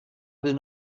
will